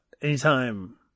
anytime